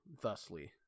thusly